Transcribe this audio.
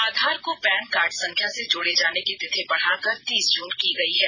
आधार को PAN card संख्या से जोड़े जाने की तिथि बढ़ाकर तीस जून की गई है